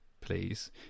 please